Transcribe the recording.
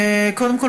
קודם כול,